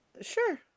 Sure